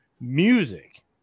music